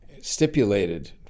stipulated